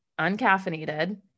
uncaffeinated